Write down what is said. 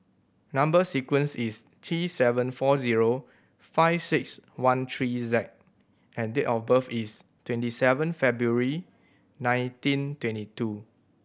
number sequence is T seven four zero five six one three Z and date of birth is twenty seven February nineteen twenty two